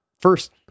first